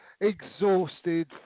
exhausted